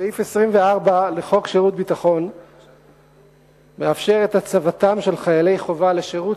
סעיף 24 לחוק שירות ביטחון מאפשר את הצבתם של חיילי חובה לשירות